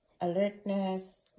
alertness